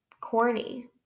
corny